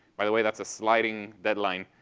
by the way, that's a sliding deadline.